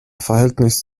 verhältnis